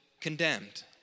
condemned